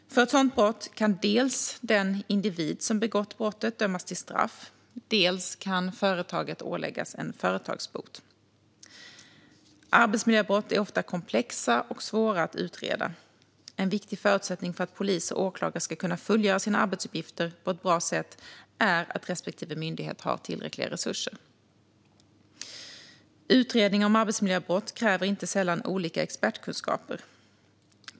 För ett sådant brott kan dels den individ som begått brottet dömas till straff, dels kan företaget åläggas företagsbot. Arbetsmiljöbrott är ofta komplexa och svåra att utreda. En viktig förutsättning för att polis och åklagare ska kunna fullgöra sina arbetsuppgifter på ett bra sätt är att respektive myndighet har tillräckliga resurser. Utredningar om arbetsmiljöbrott kräver inte sällan olika expertkunskaper.